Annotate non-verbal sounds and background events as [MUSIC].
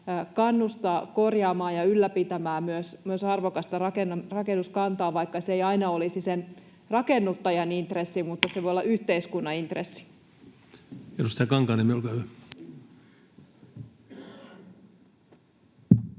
kannustaa korjaamaan ja ylläpitämään myös arvokasta rakennuskantaa. Vaikka se ei aina olisi sen rakennuttajan intressi, [NOISE] se voi olla yhteiskunnan intressi. [Speech 139] Speaker: